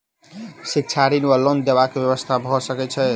शिक्षा ऋण वा लोन देबाक की व्यवस्था भऽ सकै छै?